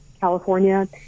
California